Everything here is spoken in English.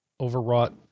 overwrought